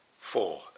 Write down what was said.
Four